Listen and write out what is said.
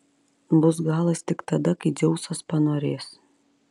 bus galas tik tada kai dzeusas panorės